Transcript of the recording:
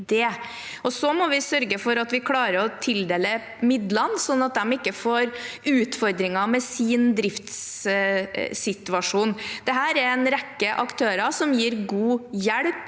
Vi må sørge for at vi klarer å tildele midlene sånn at de ikke får utfordringer med sin driftssituasjon. Dette er en rekke aktører som gir god hjelp